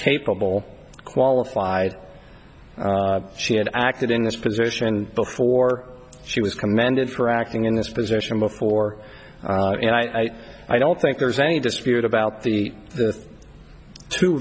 capable qualified she had acted in this position before she was commended for acting in this position before and i i don't think there's any dispute about the t